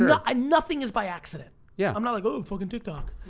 yeah ah nothing is by accident. yeah. i'm not like, oh, fuckin' tiktok.